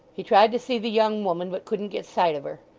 he tried to see the young woman, but couldn't get sight of her.